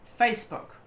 Facebook